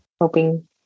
hoping